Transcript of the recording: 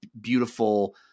beautiful